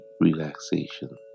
relaxation